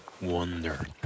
Wonder